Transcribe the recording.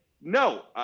no